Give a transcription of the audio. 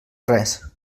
res